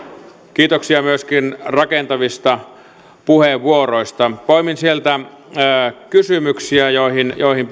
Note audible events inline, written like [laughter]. kiitoksia myöskin rakentavista puheenvuoroista poimin sieltä kysymyksiä joihin joihin [unintelligible]